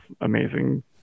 amazing